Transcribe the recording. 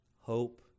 hope